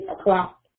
o'clock